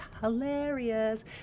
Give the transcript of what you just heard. hilarious